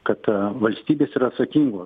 kad valstybės yra atsakingos